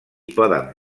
poden